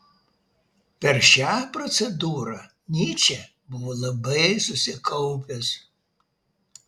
per šią procedūrą nyčė buvo labai susikaupęs